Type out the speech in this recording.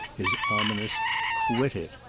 his ominous quit it!